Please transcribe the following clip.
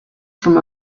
from